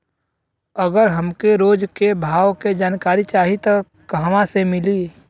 अगर हमके रोज के भाव के जानकारी चाही त कहवा से मिली?